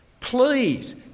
Please